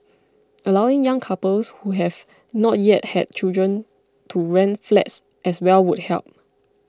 allowing young couples who have not yet had children to rent flats as well would help